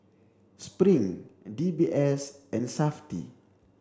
Spring and D B S and SAFTI